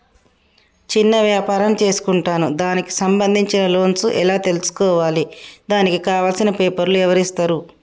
చిన్న వ్యాపారం చేసుకుంటాను దానికి సంబంధించిన లోన్స్ ఎలా తెలుసుకోవాలి దానికి కావాల్సిన పేపర్లు ఎవరిస్తారు?